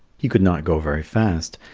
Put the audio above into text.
he could not go very fast,